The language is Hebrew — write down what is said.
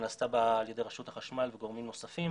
שנעשתה על ידי רשות החשמל וגורמים נוספים.